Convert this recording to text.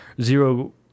zero